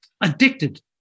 addicted